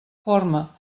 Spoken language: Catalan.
forma